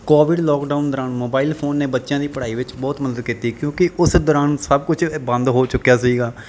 Covid lockdown ਦੌਰਾਨ mobile phone ਨੇ ਬੱਚਿਆਂ ਦੀ ਪੜ੍ਹਾਈ ਵਿੱਚ ਬਹੁਤ ਮਦਦ ਕੀਤੀ ਕਿਉਂਕਿ ਉਸ ਦੌਰਾਨ ਸਭ ਕੁਝ ਬੰਦ ਹੋ ਚੁੱਕਿਆ ਸੀਗਾ